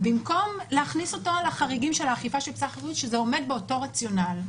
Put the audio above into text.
זאת במקום להכניס אותו לחריגים של האכיפה --- שזה עומד באותו רציונל,